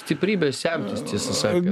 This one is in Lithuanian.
stiprybės semtis tiesą sakant